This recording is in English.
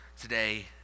today